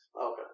Okay